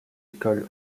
école